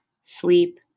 sleep